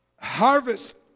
harvest